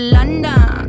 London